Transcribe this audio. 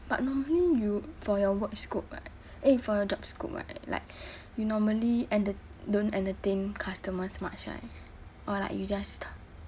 but normally you for your work scope right eh for your job scope right like you normally enter~ don't entertain customers much right or like you just